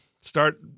Start